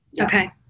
okay